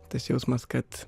tas jausmas kad